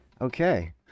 Okay